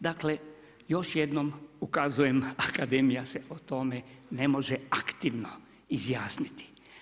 Dakle, još jednom ukazujem Akademija se o tome ne može aktivno izjasniti.